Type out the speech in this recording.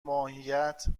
ماهیت